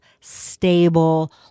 stable